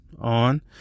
on